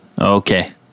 Okay